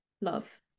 love